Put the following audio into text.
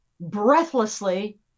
breathlessly